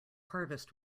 harvest